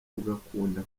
ugakunda